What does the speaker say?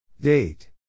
Date